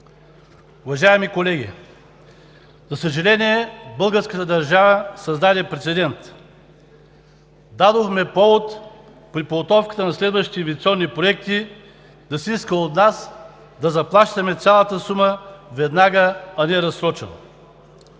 Уважаеми колеги, за съжаление, българската държава създаде прецедент. Дадохме повод при подготовката на следващите авиационни проекти да се иска от нас да заплащаме цялата сума веднага, а не разсрочено.